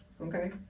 okay